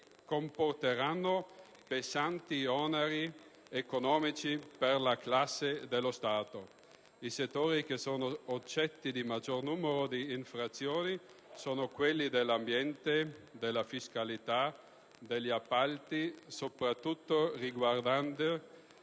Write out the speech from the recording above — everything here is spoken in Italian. comporteranno pesanti oneri economici per le casse dello Stato. I settori che sono oggetto del maggior numero di infrazioni sono quelli dell'ambiente, della fiscalità, degli appalti e riguardano